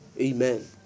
Amen